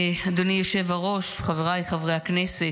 אדוני היושב-ראש, חבריי חברי הכנסת,